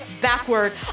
backward